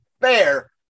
fair